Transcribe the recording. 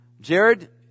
Jared